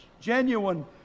genuine